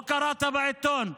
לא קראת בעיתון?